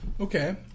Okay